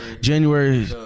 January